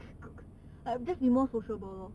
I guess be more sociable lor